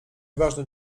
ważne